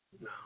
no